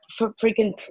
freaking